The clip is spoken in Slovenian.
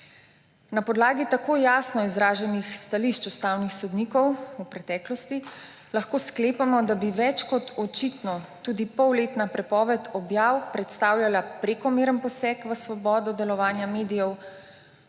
Na podlagi tako jasno izraženih stališč ustavnih sodnikov v preteklosti lahko sklepamo, da bi več kot očitno tudi polletna prepoved objav predstavljala prekomeren poseg v svobodo delovanja medijev,